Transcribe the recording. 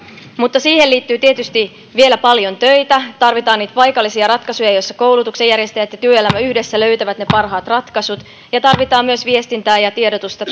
mutta siihen liittyy tietysti vielä paljon töitä tarvitaan niitä paikallisia ratkaisuja joissa koulutuksenjärjestäjät ja työelämä yhdessä löytävät ne parhaat ratkaisut ja tarvitaan myös viestintää ja tiedotusta